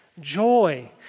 Joy